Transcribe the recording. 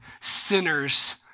sinners